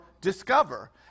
discover